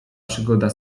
przygoda